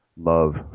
love